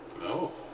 No